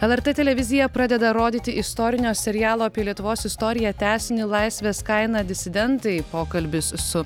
lrt televizija pradeda rodyti istorinio serialo apie lietuvos istoriją tęsinį laisvės kaina disidentai pokalbis su